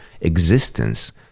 existence